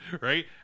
right